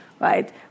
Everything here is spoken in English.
right